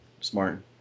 smart